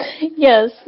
Yes